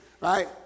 right